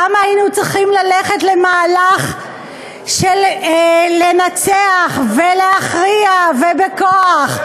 למה היינו צריכים ללכת למהלך של לנצח ולהכריע ובכוח?